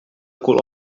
cul